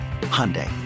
Hyundai